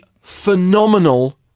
phenomenal